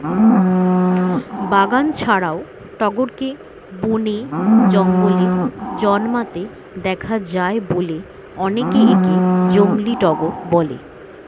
বাগান ছাড়াও টগরকে বনে, জঙ্গলে জন্মাতে দেখা যায় বলে অনেকে একে জংলী টগর বলে